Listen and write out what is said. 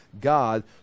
God